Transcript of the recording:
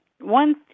one